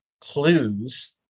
clues